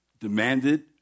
demanded